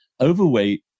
overweight